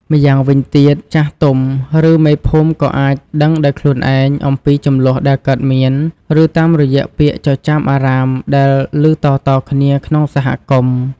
ម្យ៉ាងវិញទៀត ចាស់ទុំ ឬមេភូមិក៏អាចដឹងដោយខ្លួនឯងអំពីជម្លោះដែលកើតមាន ឬតាមរយៈពាក្យចចាមអារ៉ាមដែលឮតៗគ្នាក្នុងសហគមន៍។